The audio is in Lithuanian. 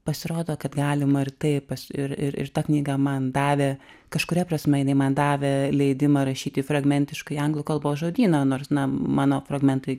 pasirodo kad galima ir taip ir ir ir ta knyga man davė kažkuria prasme jinai man davė leidimą rašyti fragmentiškai anglų kalbos žodyną nors na mano fragmentai